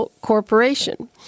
corporation